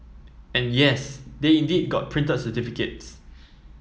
and yes they indeed got printed certificates